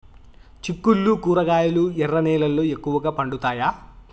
చిక్కుళ్లు కూరగాయలు ఎర్ర నేలల్లో ఎక్కువగా పండుతాయా